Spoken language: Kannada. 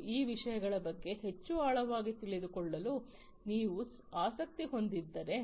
ಮತ್ತು ಈ ವಿಷಯಗಳ ಬಗ್ಗೆ ಹೆಚ್ಚು ಆಳವಾಗಿ ತಿಳಿದುಕೊಳ್ಳಲು ನೀವು ಆಸಕ್ತಿ ಹೊಂದಿದ್ದರೆ